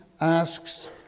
asks